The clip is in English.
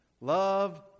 love